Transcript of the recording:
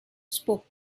spoke